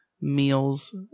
meals